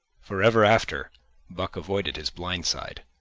forever after buck avoided his blind side,